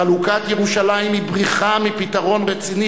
חלוקת ירושלים היא בריחה מפתרון רציני